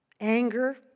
Anger